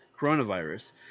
coronavirus